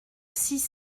six